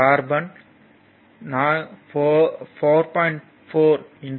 கார்பனும் 4